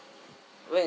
when